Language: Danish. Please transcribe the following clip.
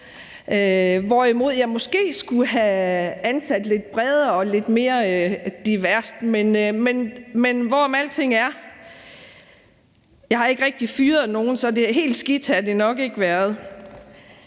hvorimod jeg måske skulle have ansat lidt bredere og lidt mere diverst. Men hvorom alting er, har jeg ikke rigtig fyret nogen, så helt skidt har det nok ikke været.